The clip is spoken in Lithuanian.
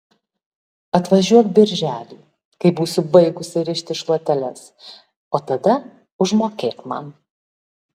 atvažiuok birželį kai būsiu baigusi rišti šluoteles o tada užmokėk man